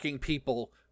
people